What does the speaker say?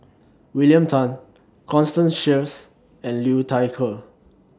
William Tan Constance Sheares and Liu Thai Ker